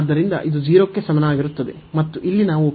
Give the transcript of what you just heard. ಇದು 0 ಕ್ಕೆ ಸಮನಾಗಿರುತ್ತದೆ